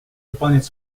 выполнять